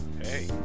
Hey